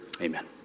Amen